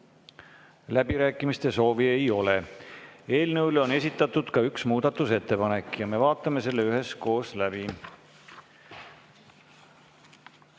Läbirääkimiste soovi ei ole. Eelnõu kohta on esitatud ka üks muudatusettepanek ja me vaatame selle üheskoos läbi.